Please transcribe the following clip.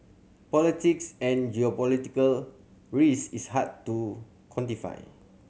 politics and geopolitical risk is hard to quantify